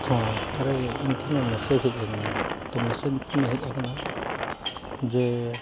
ᱛᱷᱚ ᱟᱨᱮ ᱤᱧ ᱴᱷᱮᱱ ᱢᱮᱥᱮᱡᱽ ᱦᱮᱡ ᱞᱮᱱᱟ ᱛᱚ ᱢᱮᱥᱮᱡᱽ ᱦᱮᱡ ᱟᱠᱟᱱᱟ ᱡᱮ